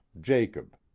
Jacob